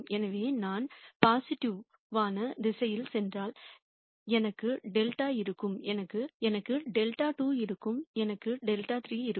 எனவே நான் பாசிட்டிவ் வான திசையில் சென்றால் எனக்கு δ இருக்கும் எனக்கு δ2 இருக்கும் எனக்கு δ3 இருக்கும்